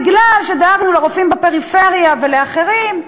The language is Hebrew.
בגלל שדאגנו לרופאים בפריפריה ולאחרים,